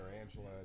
Angela